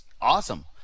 awesome